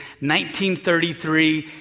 1933